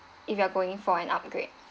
if you are going for an upgrade